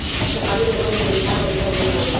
सहकारी लोगन के उधार पईसा देत हवे